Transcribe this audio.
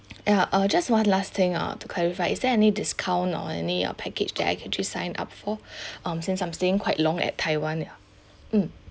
ya uh just one last thing ah to clarify is there any discount or any uh package that I can actually sign up for um since I'm staying quite long at taiwan ya mm